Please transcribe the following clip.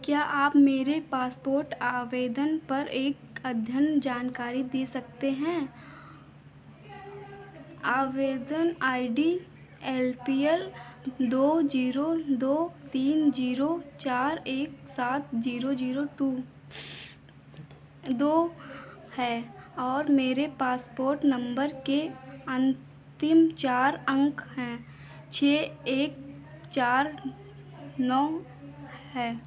क्या आप मेरे पासपोर्ट आवेदन पर एक अध्ययन जानकारी दे सकते हैं आवेदन I D L P L दो जीरो दो तीन जीरो चार एक सात जीरो जीरो टू दो है और मेरे पासपोर्ट नंबर के अंतिम चार अंक हैं छः एक चार नौ हैं